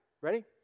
Ready